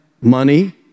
money